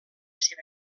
seva